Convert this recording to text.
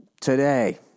today